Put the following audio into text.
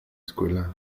escuela